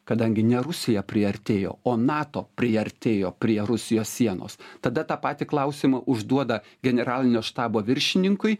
kadangi ne rusija priartėjo o nato priartėjo prie rusijos sienos tada tą patį klausimą užduoda generalinio štabo viršininkui